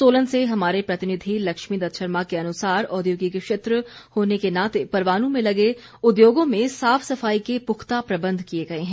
सोलन से हमारे प्रतिनिधि लक्ष्मी दत्त शर्मा के अनुसार औद्योगिक क्षेत्र होने के नाते परवाणू में लगे उद्योगों में साफ सफाई के पुख्ता प्रबंध किए गए है